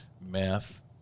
math